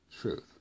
truth